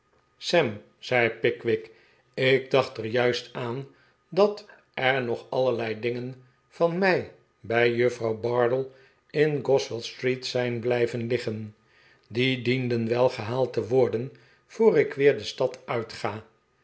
sam zei pickwick ik dacht er juist aan dat er nog allerlei dingen van mij bij juffrouw bardell in goswell street zijn blijven liggen die dienden wel gehaald te worden voor ik weer de stad uit